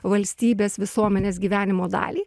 valstybės visuomenės gyvenimo dalį